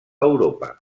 europa